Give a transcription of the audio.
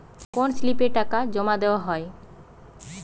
কোন স্লিপে টাকা জমাদেওয়া হয়?